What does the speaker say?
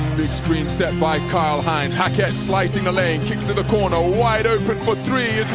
big screen set by kyle hines, hackett slicing the lane, kicks to the corner, wide open for three